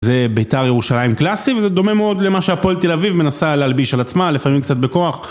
זה ביתר ירושלים קלאסי וזה דומה מאוד למה שהפועל תל אביב מנסה להלביש על עצמה לפעמים קצת בכוח